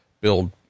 build